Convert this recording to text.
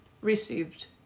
received